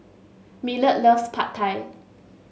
Millard loves Pad Thai